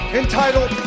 entitled